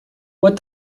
what